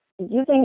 using